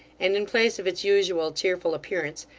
and in place of its usual cheerful appearance,